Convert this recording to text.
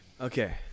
okay